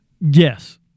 Yes